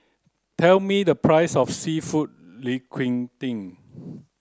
tell me the price of Seafood